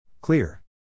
Clear